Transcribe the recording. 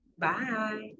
Bye